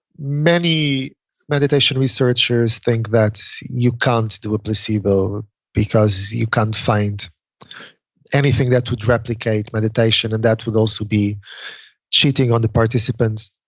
many meditation researchers think that you can't do a placebo because you can't find anything that would replicate meditation and that would also be cheating on the participants.